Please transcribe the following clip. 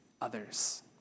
others